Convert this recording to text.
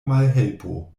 malhelpo